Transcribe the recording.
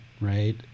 Right